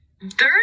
Dirty